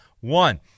one